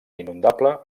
inundable